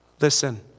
Listen